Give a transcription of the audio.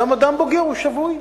וגם אדם בוגר הוא שבוי,